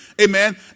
amen